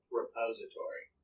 repository